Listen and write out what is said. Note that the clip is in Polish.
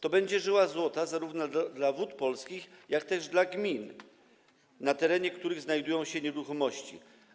To będzie żyła złota zarówno dla Wód Polskich, jak też dla gmin, na terenie których znajdują się nieruchomości.